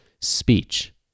speech